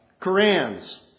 Korans